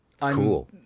Cool